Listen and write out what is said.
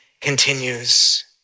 continues